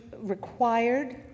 required